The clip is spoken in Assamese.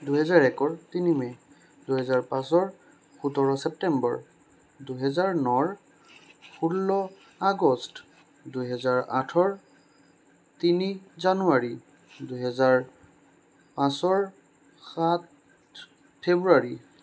দুহেজাৰ একৰ তিনি মে দুহেজাৰ পাঁচৰ সোতৰ চেপ্তেম্বৰ দুহেজাৰ নৰ ষোল্ল আগষ্ট দুহেজাৰ আঠৰ তিনি জানুৱাৰী দুহেজাৰ পাঁচৰ সাত ফেব্ৰুৱাৰী